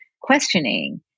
questioning